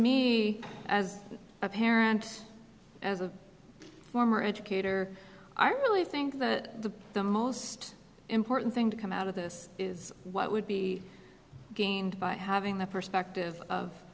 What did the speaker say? me as a parent as a former educator i really think that the most important thing to come out of this is what would be gained by having the perspective of